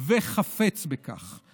וחפץ בכך.